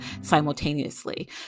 simultaneously